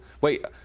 wait